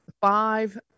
five